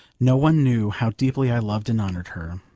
no one knew how deeply i loved and honoured her.